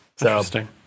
Interesting